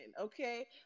okay